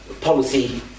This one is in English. policy